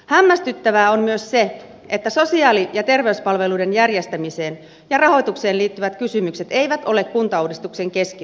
hämmästyttävää on myös se että sosiaali ja terveyspalveluiden järjestämiseen ja rahoitukseen liittyvät kysymykset eivät ole kuntauudistuksen keskiössä